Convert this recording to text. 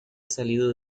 salido